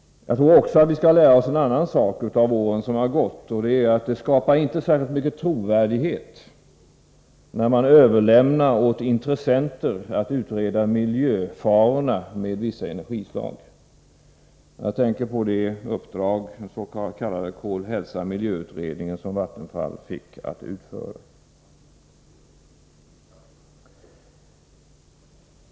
Jag tycker också att vi skall lära oss en annan sak av åren som gått: Det skapar inte särskilt mycket trovärdighet när man överlåter åt intressenter att utreda miljöfarorna med vissa energislag — jag tänker på den s.k. kol-hälsamiljöutredningen, som Vattenfall fick uppdraget att utföra.